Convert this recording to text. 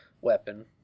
weapon